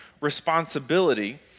responsibility